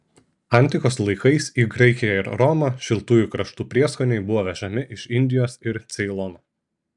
antikos laikais į graikiją ir romą šiltųjų kraštų prieskoniai buvo vežami iš indijos ir ceilono